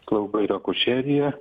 slauga ir akušerija